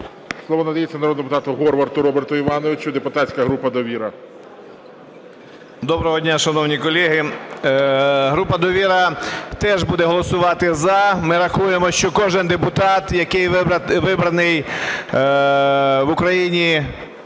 Слово надається народному депутату Горвату Роберту Івановичу, депутатська група "Довіра". 14:34:00 ГОРВАТ Р.І. Доброго дня, шановні колеги! Група "Довіра" теж буде голосувати "за". Ми рахуємо, що кожен депутат, який вибраний в Україні